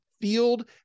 field